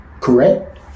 Correct